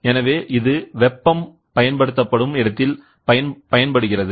எனவே இது வெப்பம் பயன்படுத்தப்படும் இடத்தில் பயன்படுகிறது